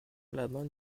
l’amendement